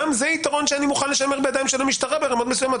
גם זה יתרון שאני מוכן לשמר בידי המשטרה ברמות מסוימות,